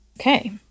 Okay